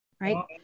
right